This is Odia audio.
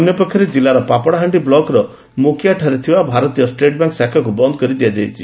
ଅନ୍ୟପକ୍ଷରେ ଜିଲ୍ଲାର ପାପଡାହାଣ୍ଡି ବ୍କକର ମୋକିଆଠାରେ ଥିବା ଭାରତୀୟ ଷେଟବ୍ୟାଙ୍କ ଶାଖାକୁ ବନ୍ଦ କରି ଦିଆଯାଇଛି